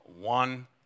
one